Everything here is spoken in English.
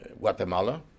Guatemala